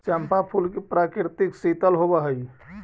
चंपा फूल की प्रकृति शीतल होवअ हई